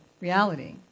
reality